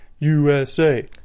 USA